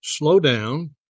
slowdown